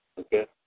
Okay